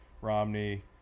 Romney